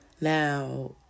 Now